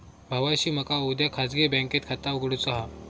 भावाशी मका उद्या खाजगी बँकेत खाता उघडुचा हा